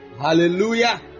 Hallelujah